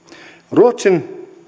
ruotsin